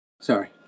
Sorry